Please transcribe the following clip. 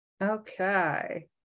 Okay